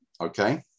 okay